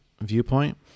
viewpoint